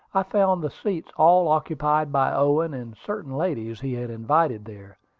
i found the seats all occupied by owen and certain ladies he had invited there.